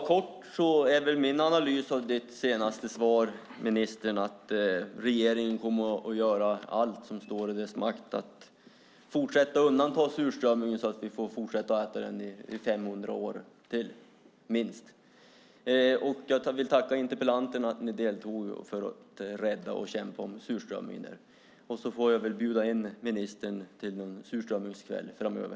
Herr talman! Min analys av ministerns senaste svar är att regeringen kommer att göra allt som står i dess makt för att få ett fortsatt undantag för surströmmingen så att vi kan fortsätta att äta den i minst 500 år. Jag vill tacka interpellanterna för att ni deltog i debatten för att rädda och kämpa för surströmmingen. Jag får bjuda in ministern till en surströmmingskväll framöver!